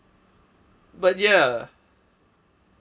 but ya